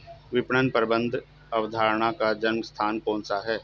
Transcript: विपणन प्रबंध अवधारणा का जन्म स्थान कौन सा है?